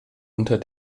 unter